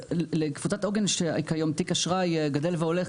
לקבוצת עוגן יש תיק אשראי גדל והולך,